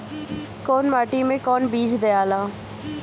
कौन माटी मे कौन बीज दियाला?